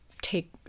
take